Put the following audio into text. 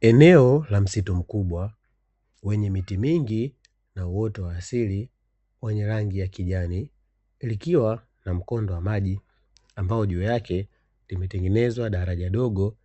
Eneo la msitu mkubwa wenye miti mingi na uoto wa asili wenye rangi ya kijani, likiwa na mkondo wa maji ambao juu yake limetengenezwa daraja dogo